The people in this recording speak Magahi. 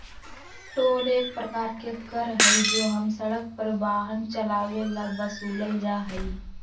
टोल एक प्रकार के कर हई जो हम सड़क पर वाहन चलावे ला वसूलल जाहई